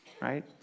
right